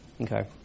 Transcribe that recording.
okay